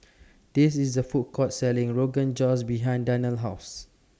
There IS A Food Court Selling Rogan Josh behind Darnell's House